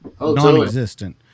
non-existent